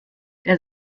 der